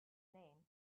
name